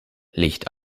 licht